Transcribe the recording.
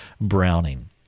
Browning